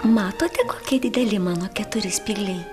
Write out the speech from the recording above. matote kokie dideli mano keturi spygliai